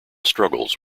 struggles